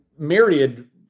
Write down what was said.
myriad